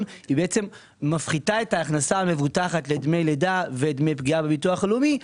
בעצם מפחיתה את ההכנסה המבוטחת לדמי לידה ודמי פגיעה בביטוח הלאומי,